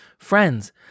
Friends